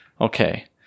okay